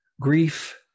grief